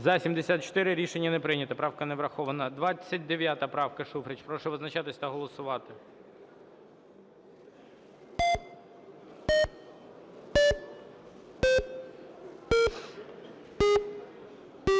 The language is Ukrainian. За-74 Рішення не прийнято, правка не врахована. 29 правка, Шуфрич. Прошу визначатись та голосувати.